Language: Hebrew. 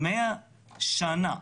100 שנה.